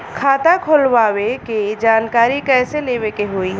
खाता खोलवावे के जानकारी कैसे लेवे के होई?